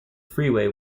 freeway